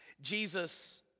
Jesus